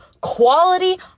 quality